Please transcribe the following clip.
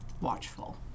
watchful